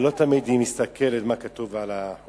אבל לא תמיד היא מסתכלת מה כתוב על החולצה,